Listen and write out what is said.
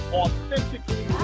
authentically